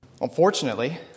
Unfortunately